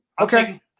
Okay